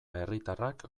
herritarrak